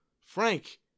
Frank